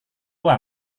punya